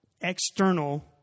external